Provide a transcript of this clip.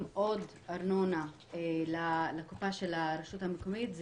עוד ארנונה לקופה של הרשות המקומית,